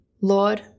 Lord